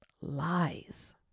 lies